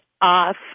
off